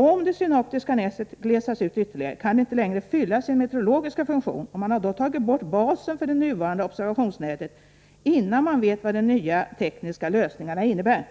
Om det synoptiska nätet glesas ut ytterligare, kan det inte längre fylla sin meteorologiska funktion, och man har då tagit bort basen för det nuvarande observationsnätet innan man vet vad de nya tekniska lösningarna innebär,